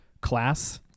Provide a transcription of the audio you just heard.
class